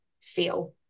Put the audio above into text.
feel